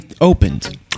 opened